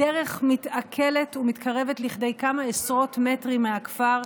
הדרך מתעקלת ומתקרבת לכדי כמה עשרות מטרים מהכפר,